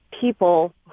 people